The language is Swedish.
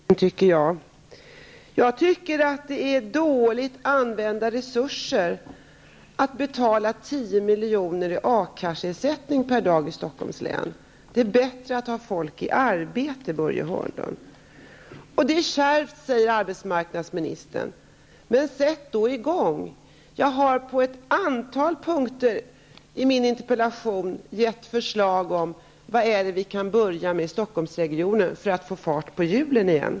Herr talman! Det är inte mycket till svar vi har fått av arbetsmarknadsministern på våra frågor, tycker jag. Jag tycker att det är dåligt använda resurser att betala 10 milj.kr. i A-kasseersättning per dag i Stockholms län. Det är bättre att ha folk i arbete, Det är kärvt, säger arbetsmarknadsministern. Men sätt då i gång! Jag har i min interpellation på ett antal punkter givit förslag om vad vi kan börja med för att få fart på hjulen i Stockholmsområdet igen.